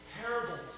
parables